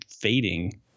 fading